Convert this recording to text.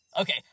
Okay